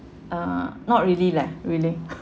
uh not really leh really